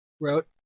wrote